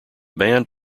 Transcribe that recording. band